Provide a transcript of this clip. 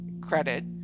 credit